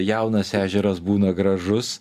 jaunas ežeras būna gražus